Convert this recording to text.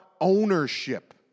ownership